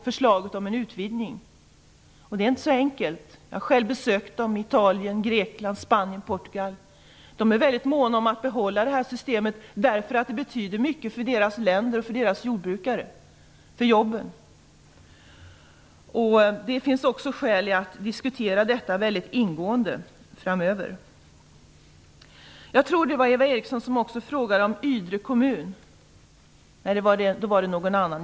Det är inte så enkelt. Jag har själv besökt Italien, Grekland, Spanien och Portugal. Där är man väldigt mån om att behålla systemet, därför att det betyder mycket för dessa länder, för deras jordbrukare och för deras jobb. Det finns också skäl att diskutera detta mycket ingående framöver. Jag vill svara på frågan om Ydre kommun.